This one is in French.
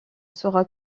sera